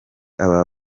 aba